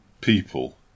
people